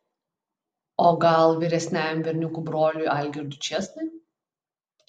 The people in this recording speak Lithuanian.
o gal vyresniajam berniukų broliui algirdui čėsnai